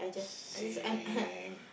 same